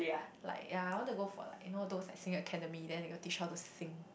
like ya I want to go for like you know those like singing academy then they got teach you how to sing